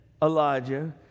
Elijah